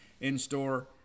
in-store